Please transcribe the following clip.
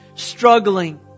struggling